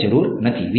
તમારે જરૂર નથી